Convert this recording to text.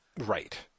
Right